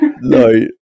no